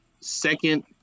second